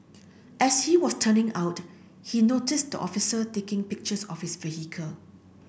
as he was turning out he noticed the officer taking pictures of his vehicle